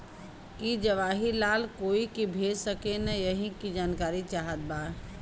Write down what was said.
की जवाहिर लाल कोई के भेज सकने यही की जानकारी चाहते बा?